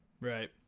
Right